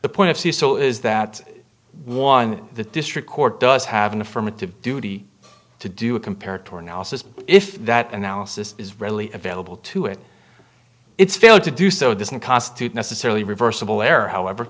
the point of c so is that one the district court does have an affirmative duty to do a compare torn houses if that analysis is readily available to it it's failed to do so this and costed necessarily reversible error however